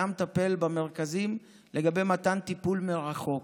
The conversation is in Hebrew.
המטפל במרכזים לגבי מתן טיפול מרחוק.